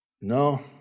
No